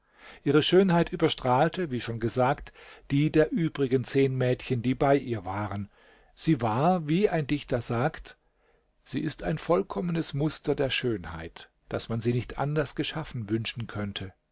ihre schönheit überstrahlte wie schon gesagt die der übrigen zehn mädchen die bei ihr waren sie war wie ein dichter sagt sie ist ein vollkommenes muster der schönheit daß man sie nicht anders geschaffen wünschen könnte